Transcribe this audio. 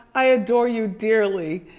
i adore you dearly.